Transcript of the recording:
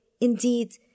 Indeed